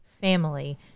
family